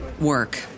work